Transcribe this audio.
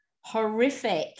horrific